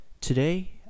Today